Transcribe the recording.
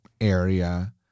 area